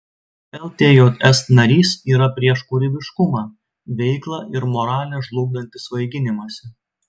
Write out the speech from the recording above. ltjs narys yra prieš kūrybiškumą veiklą ir moralę žlugdantį svaiginimąsi